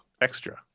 Extra